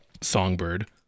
Songbird